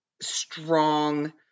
strong